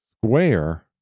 Square